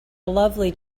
lovely